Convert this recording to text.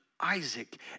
Isaac